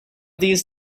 these